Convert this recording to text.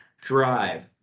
Drive